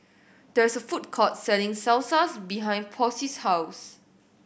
there is a food court selling Salsas behind Posey's house